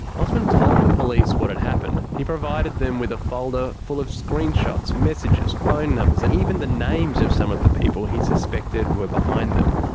osman told the police what had happened. he provided them with a folder full of screenshots, messages, phone numbers, and even the names of some of the people he suspected were behind them.